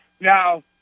Now